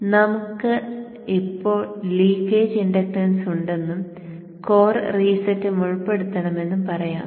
ഇപ്പോൾ നമുക്ക് leakage inductance ഉണ്ടെന്നും കോർ റീസെറ്റും ഉൾപ്പെടുത്തണമെന്നും പറയാം